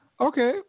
Okay